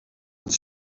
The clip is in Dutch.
het